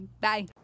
Bye